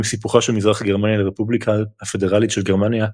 עם סיפוחה של מזרח גרמניה לרפובליקה הפדרלית של גרמניה,